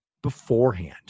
beforehand